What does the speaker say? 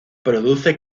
produce